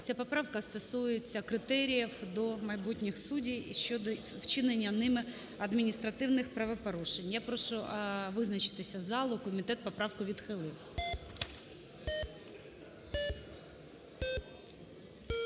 Ця поправка стосується критеріїв до майбутніх суддів щодо вчинення ними адміністративних правопорушень. Я прошу визначитися залу. Комітет поправку відхилив.